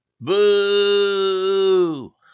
Boo